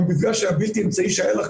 המפגש הבלתי אמצעי שהיה לך,